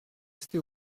restés